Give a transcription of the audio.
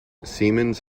siemens